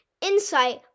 insight